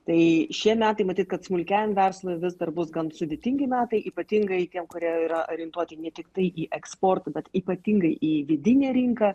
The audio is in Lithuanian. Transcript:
tai šie metai matyt kad smulkiajam verslui vis dar bus gan sudėtingi metai ypatingai tiem kurie yra orientuoti ne tiktai į eksportą bet ypatingai į vidinę rinką